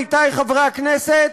עמיתי חברי הכנסת,